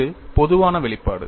இது பொதுவான வெளிப்பாடு